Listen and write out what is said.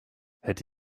hätte